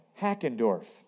Hackendorf